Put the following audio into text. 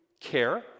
care